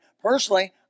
personally